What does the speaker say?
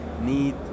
need